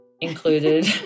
included